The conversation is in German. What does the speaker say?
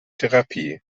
therapie